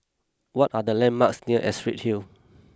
what are the landmarks near Astrid Hill